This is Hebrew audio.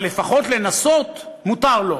אבל לפחות לנסות מותר לו.